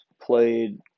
played